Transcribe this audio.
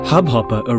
Hubhopper